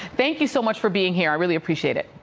thank you so much for being here. i really appreciate it.